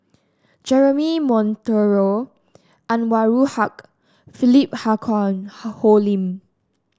Jeremy Monteiro Anwarul Haque Philip Hoalim